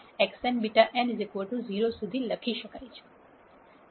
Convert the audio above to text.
ફરીથી અહીં નોંધ લો કે જો A β 0 હોય તો A ની દરેક રો જ્યારે β સાથે ગુણાશે ત્યારે તેની કિંમત 0 થશે